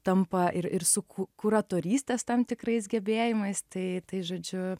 tampa ir ir su ku kuratorystės tam tikrais gebėjimais tai tai žodžiu